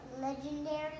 legendary